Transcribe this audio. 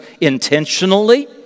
intentionally